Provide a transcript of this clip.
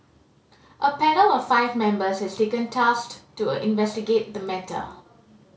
a panel of five members has tasked to investigate the matter